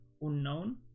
unknown